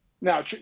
now